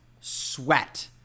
sweat